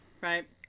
right